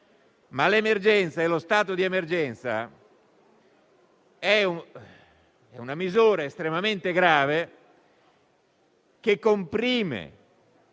l'emergenza. Lo stato di emergenza è, però, una misura estremamente grave che comprime